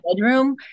bedroom